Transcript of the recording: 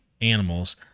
animals